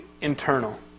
internal